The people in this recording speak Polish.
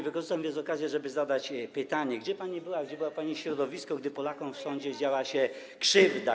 Wykorzystam więc okazję, żeby zadać pytanie: Gdzie pani była, gdzie było pani środowisko, gdy Polakom w sądzie działa się krzywda.